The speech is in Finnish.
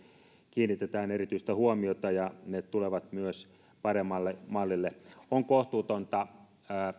kiinnitetään erityistä huomiota ja ne tulevat myös paremmalle mallille on kohtuutonta